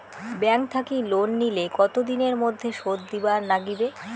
Bank থাকি loan নিলে কতো দিনের মধ্যে শোধ দিবার নাগিবে?